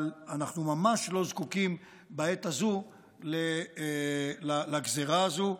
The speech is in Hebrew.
אבל אנחנו ממש לא זקוקים בעת הזו לגזרה הזו.